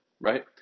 right